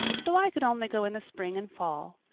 so i could only go in the spring and fall.